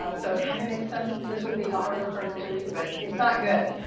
um so it kind of makes sense that this would be the harder part to read. but it's not good.